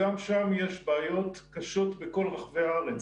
גם שם יש בעיות קשות בכל רחבי הארץ.